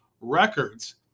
Records